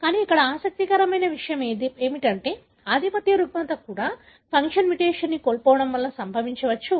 కానీ ఇక్కడ ఆసక్తికరమైన విషయం ఏమిటంటే ఆధిపత్య రుగ్మత కూడా ఫంక్షన్ మ్యుటేషన్ కోల్పోవడం వల్ల సంభవించవచ్చు